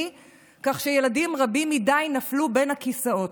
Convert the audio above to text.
כך שילדים רבים מדי נפלו בין הכיסאות.